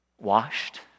washed